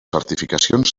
certificacions